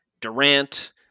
Durant